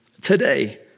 today